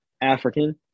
African